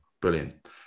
Brilliant